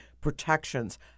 protections